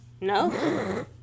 No